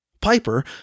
Piper